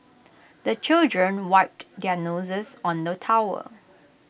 the children wipe their noses on the towel